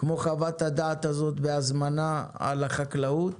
כמו חוות הדעת הזאת בהזמנה על החקלאות,